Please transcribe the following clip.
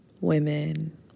women